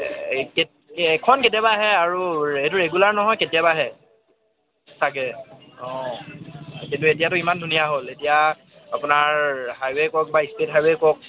এখন কেতিয়াবা আহে আৰু এইটো ৰেগুলাৰ নহয় কেতিয়াবা আহে চাগে অঁ কিন্তু এতিয়াটো ইমান ধুনীয়া হ'ল এতিয়া আপোনাৰ হাইৱে' কওক বা ষ্টে'ট হাইৱে' কওক